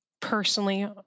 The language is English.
Personally